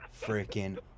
freaking